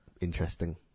interesting